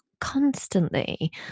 constantly